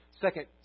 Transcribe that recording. second